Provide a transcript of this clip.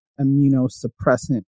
immunosuppressant